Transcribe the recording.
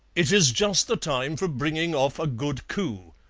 it is just the time for bringing off a good coup,